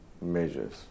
measures